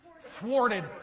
thwarted